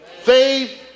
faith